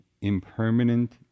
impermanent